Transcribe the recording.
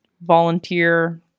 volunteer